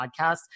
podcast